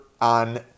on